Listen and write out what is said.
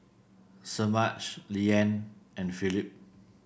Semaj Leann and Philip